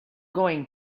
going